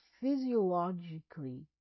physiologically